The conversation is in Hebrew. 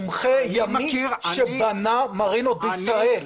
מומחה ימי שבנה מרינות בישראל.